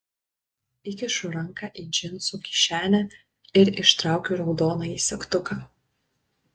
įkišu ranką į džinsų kišenę ir ištraukiu raudonąjį segtuką